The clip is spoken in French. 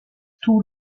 tous